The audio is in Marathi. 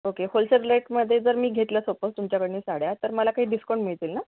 ओके होलसेल रेटमध्ये जर मी घेतलं सपोस तुमच्याकडनं साड्या तर मला काही डिस्काउंट मिळतील ना